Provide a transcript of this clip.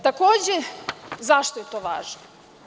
Takođe, zašto je to važno?